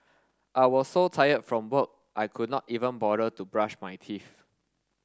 I was so tired from work I could not even bother to brush my teeth